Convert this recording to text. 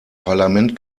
parlament